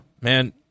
man